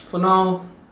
for now